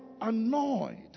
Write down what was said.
annoyed